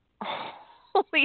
Holy